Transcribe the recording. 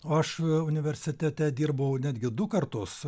o aš universitete dirbau netgi du kartus